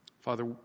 Father